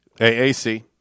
AAC